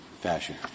fashion